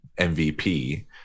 MVP